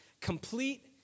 complete